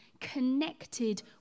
connected